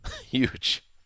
Huge